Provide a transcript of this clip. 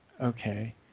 Okay